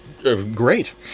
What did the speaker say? Great